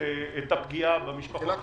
הפגיעה במשפחות החלשות,